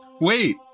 Wait